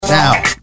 Now